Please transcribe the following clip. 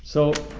so